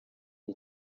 iyi